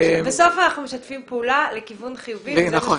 בסוף אנחנו משתפים פעולה לכיוון חיובי וזה מה שחשוב.